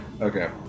okay